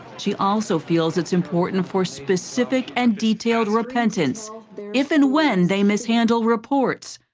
she also feels it's important for specific and detailed repentance if and when they mishandle reports.